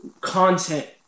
content